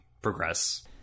progress